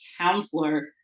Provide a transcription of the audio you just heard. counselor